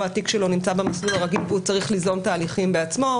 התיק שלו נמצא במסלול הרגיל והוא צריך ליזום תהליכים בעצמו,